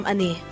Ani